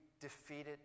defeated